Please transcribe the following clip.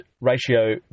ratio